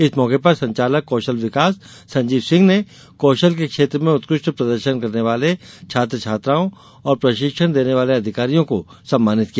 इस मौके पर संचालक कौशल विकास संजीव सिंह ने कौशल के क्षेत्र में उत्कृष्ट प्रदर्शन करने वाले छात्र छात्राओं और प्रशिक्षण देने वाले अधिकारियों को सम्मानित किया